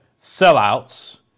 sellouts